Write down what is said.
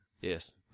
Yes